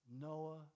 Noah